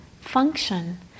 function